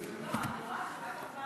לא,